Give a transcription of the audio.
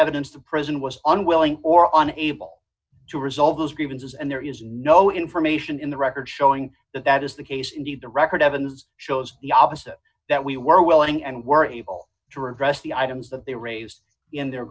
evidence to present was unwilling or unable to resolve those grievances and there is no information in the record showing that that is the case indeed the record evans shows the opposite that we were willing and were able to redress the items that they raised in their